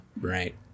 right